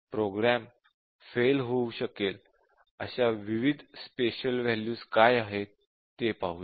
programme fail होऊ शकेल अशा विविध स्पेशल वॅल्यूज काय आहेत ते पाहूया